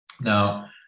Now